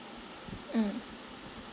mm